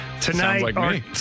tonight